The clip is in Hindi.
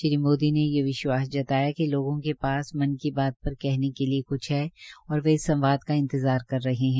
श्री मोदी ने ये विश्वास जताया कि लोगों के पास मन की बात पर कहने के लिये क्छ है और वो इस संवाद का इंतजार कर रहे है